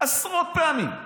עשרות פעמים.